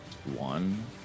One